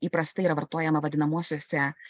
įprastai yra vartojama vadinamuosiuose